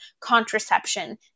contraception